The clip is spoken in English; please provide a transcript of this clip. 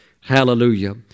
Hallelujah